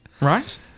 Right